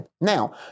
Now